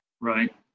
right